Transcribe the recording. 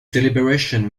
deliberation